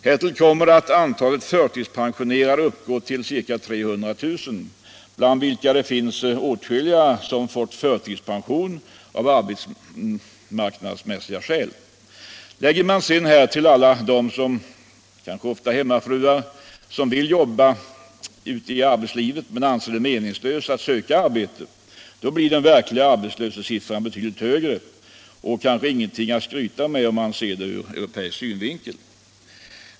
Härtill kommer att antalet förtidspensionerade uppgår till ca 300 000, bland vilka det finns åtskilliga som fått förtidspension av arbetsmarknadsmässiga skäl. Lägger man till detta alla de — kanske oftast hemmafruar — som vill ut i arbetslivet men anser det meningslöst att söka jobb, då blir den verkliga arbetslöshetssiffran betydligt högre och kanske ingenting att skryta med om man ser det ur europeisk synvinkel.